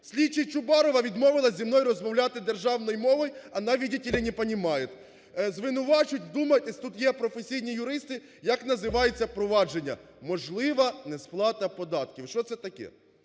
слідча Чубарова відмовилася зі мною розмовляти державною мовою, она, видите ли, не понимает! Звинувачують, вдумайтесь, тут є професійні юристи, як називається провадження "можлива несплата податків". Що це таке?